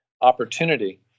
opportunity